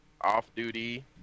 off-duty